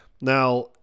Now